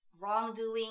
wrongdoing